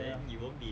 ya ya